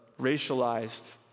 racialized